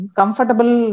comfortable